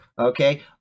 okay